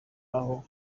aho